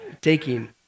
taking